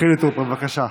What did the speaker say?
חילי טרופר, בבקשה,